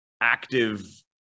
active